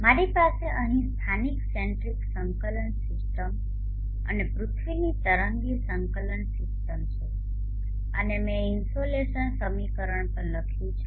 મારી પાસે અહીં સ્થાનિક સેન્ટ્રીક સંકલન સિસ્ટમ અને પૃથ્વીની તરંગી સંકલનcoordinateકોઓર્ડિનેટ સિસ્ટમ છે અને મેં ઇનસોલેશન સમીકરણ પણ લખ્યું છે